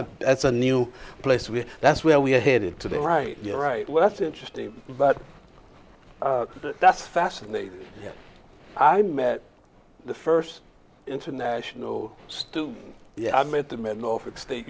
a that's a new place where that's where we're headed to the right right well that's interesting but that's fascinating i met the first international student yeah i met them at norfolk state